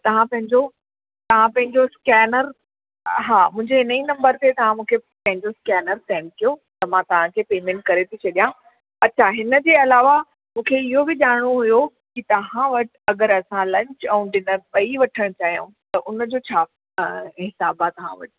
तव्हां पंहिंजो तव्हां पंहिंजो स्कैनर हा मुंहिंजे इन ई नम्बर ते तव्हां मूंखे पंहिंजो स्कैनर सेंड कयो त मां तव्हां खे पेमेंट करे थी छॾियां अच्छा हिनजे अलावा मूंखे इहो बि ॼाणणो हुयो कि तव्हां वटि अगरि लंच ऐं डिनर ॿई वठणु चाहियूं त हुनजो छा हिसाबु आहे तव्हां वटि